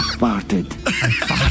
farted